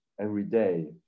everyday